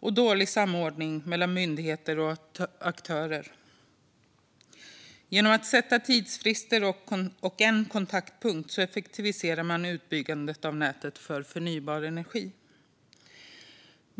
och dålig samordning mellan myndigheter och aktörer. Genom att sätta tidsfrister och införa en kontaktpunkt effektiviserar man utbyggnaden av nätet för förnybar energi.